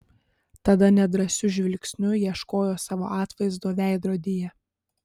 tada nedrąsiu žvilgsniu ieškojo savo atvaizdo veidrodyje